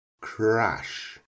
crash